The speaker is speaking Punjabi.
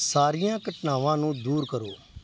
ਸਾਰੀਆਂ ਘਟਨਾਵਾਂ ਨੂੰ ਦੂਰ ਕਰੋ